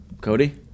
Cody